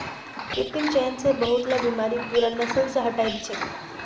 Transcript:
कृत्रिम चयन स बहुतला बीमारि पूरा नस्ल स हटई दी छेक